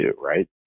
Right